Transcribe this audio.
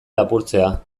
lapurtzea